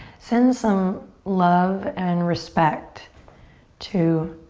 send some love and respect to